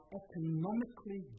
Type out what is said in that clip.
economically